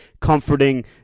comforting